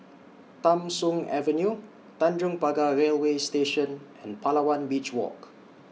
Tham Soong Avenue Tanjong Pagar Railway Station and Palawan Beach Walk